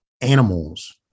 animals